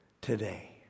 today